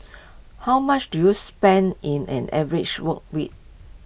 how much do you spend in an average work week